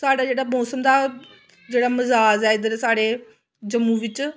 साढ़ा जेह्ड़ा मोसम दा जेह्ड़ा मजाज ऐ इद्धर साढ़े जम्मू बिच्च